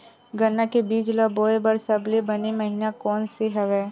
गन्ना के बीज ल बोय बर सबले बने महिना कोन से हवय?